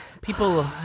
people